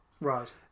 right